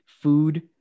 food